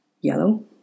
yellow